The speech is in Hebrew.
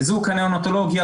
חיזוק הנאונטולוגיה,